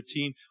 13